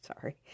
sorry